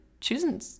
Choosing